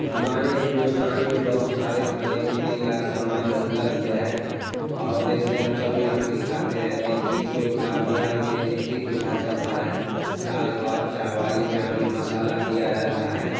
ہمارے ہندوستان میں بہت سارے کھانے پینے کا سامان اپلبھ ہے اور جیسے ہم سب یہاں پ ہی کھاتے ہیں لٹی چوکھا بہار میں لٹی چوکھا چلتا ہے دال بھات چاول یہاں پ مسالہ دیا جاتا ہے